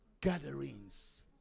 gatherings